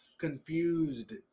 confused